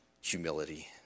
humility